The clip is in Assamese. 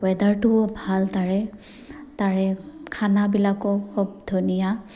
ৱেডাৰটোও ভাল তাৰে তাৰে খানাবিলাকো খুব ধুনীয়া